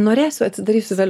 norėsiu atsidarysiu vėliau